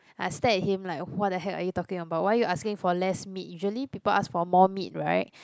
I stare at him like what the heck are you talking about why are you asking for less meat usually people ask for more meat right